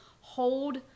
hold